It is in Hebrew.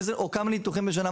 או כמה ניתוחים בשנה.